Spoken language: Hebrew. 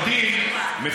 שאלתי ברמת ההנחיות.